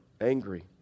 angry